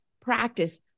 practice